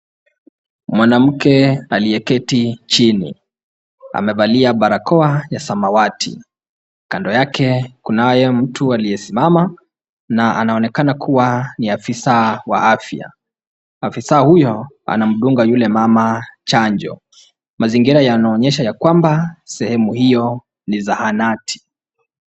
Mwanamke aliyeketi chini. Amevalia barakoa ya samawati. Kando yake kunaye mtu aliyesimama na anaonekana kuwa ni afisa wa afya. Afisa huyo anamdunga yule mama chanjo. Mazingira yanaonyesha yakwamba sehemu hiyo ni zahanati.